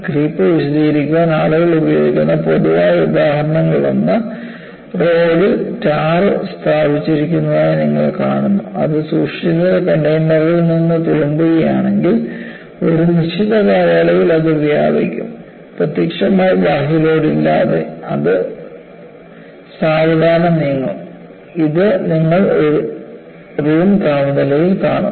creep വിശദീകരിക്കാൻ ആളുകൾ ഉപയോഗിക്കുന്ന പൊതുവായ ഉദാഹരണങ്ങളിലൊന്ന് റോഡിൽ ടാർ സ്ഥാപിച്ചിരിക്കുന്നതായി നിങ്ങൾ കാണുന്നു അത് സൂക്ഷിച്ചിരിക്കുന്ന കണ്ടെയ്നറിൽ നിന്ന് തുളുമ്പുകയാണെങ്കിൽ ഒരു നിശ്ചിത കാലയളവിൽ അത് വ്യാപിക്കും പ്രത്യക്ഷമായ ബാഹ്യ ലോഡ് ഇല്ലാതെ അത് സാവധാനം നീങ്ങും ഇത് നിങ്ങൾ റൂം താപനിലയിൽ കാണും